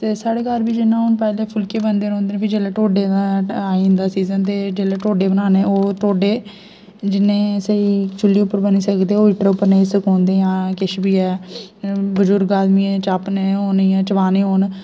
ते साढ़े घर बी जिन्ना हून पैह्ले फुलके बनदे रौंह्दे फ्ही जेल्लै टोडे दा आई जंदा सीज़न ते जेल्लै टोडे बनाने ओह् टोडे जिन्ने स्हेई चुल्ली उप्पर बनी सकदे ओह् हीटर उप्पर नेईं सकोंदे जां केश बी एह् बुजुर्ग आदमी चापने होन जां चबाने होन